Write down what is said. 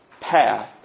path